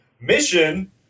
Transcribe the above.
Mission